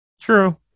True